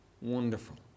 wonderful